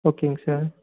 ஓகேங்க சார்